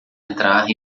entrar